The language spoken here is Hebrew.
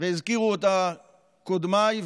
והזכירו אותה קודמיי,